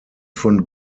von